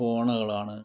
ഫോണുകളാണ്